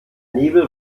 nebel